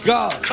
God